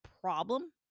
problem